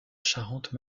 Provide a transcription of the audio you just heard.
charente